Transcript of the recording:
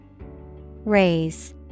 Raise